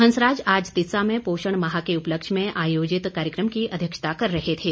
हंसराज आज तिस्सा में पोषण माह के उपलक्ष्य में आयोजित कार्यक्रम की अध्यक्षता कर रहे थे